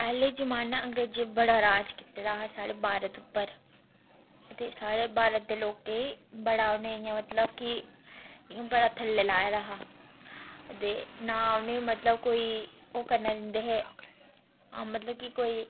पैह्ले जमाने अंग्रेज़े बड़ा राज कीते दा हा साढ़े भारत उप्पर ते साढ़े भारत दे लोकें ई बड़ा उनेंगी इ'यां मतलब कि इयां बड़ा थल्लें लाए दा हा ते ना उनें मतलब कोई ओह् करने दिंदे हे हां मतलब कि कोई